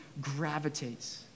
gravitates